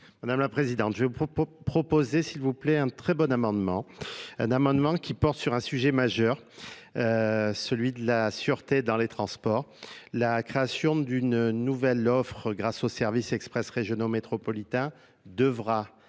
madame la présidente je v vous proposer s'il vous plaît un très bon amendement un amendement qui porte sur un sujet majeur celui de la sûreté dans les transports d'une nouvelle offre grâce aux services express régionaux métropolitain devra